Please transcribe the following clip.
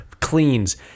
cleans